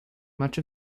much